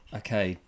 okay